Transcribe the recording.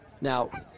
Now